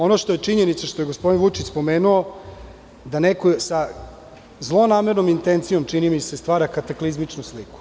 Ono što je činjenica, što je gospodin Vučić spomenuo, je da neko sa zlonamernom intencijom stvara kataklizmičnu sliku.